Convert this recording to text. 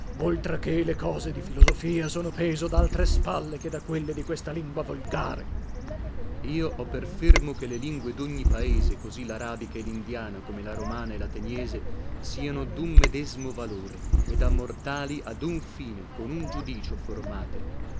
oltra che le cose di filosofia sono peso daltre spalle che da quelle di questa lingua volgare per io ho per fermo che le lingue dogni paese così larabica e lindiana come la romana e lateniese siano dun medesmo valore e da mortali ad un fine con un giudicio formate